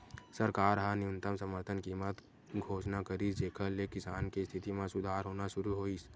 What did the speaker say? सरकार ह न्यूनतम समरथन कीमत घोसना करिस जेखर ले किसान के इस्थिति म सुधार होना सुरू होइस